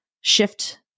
shift